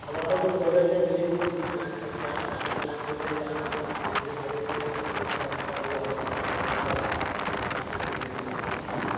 हमारा जो बजट है भैया जी तीस लाख तक है आप चालीस लाख बोल रहें हैं अगर कम्परीजन करेंगे तो दोनों का अच्छा हो जाएगा अगर आप विस्तार से करेंगे तो